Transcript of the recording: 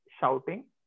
shouting